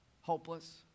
hopeless